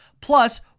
plus